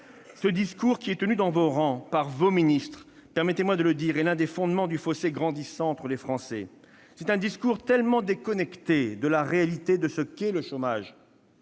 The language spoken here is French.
Ce discours qui est tenu dans vos rangs, par vos ministres, permettez-moi de vous le dire, est l'une des causes du fossé grandissant entre les Français. Ce discours est totalement déconnecté de la réalité du chômage